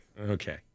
Okay